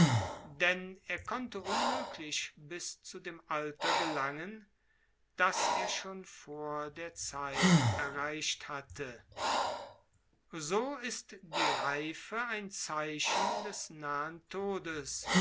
denn er konnte unmöglich bis zu dem alter gelangen das er schon der zeit erreicht hatte so ist die reise ein zeichen des nahen todes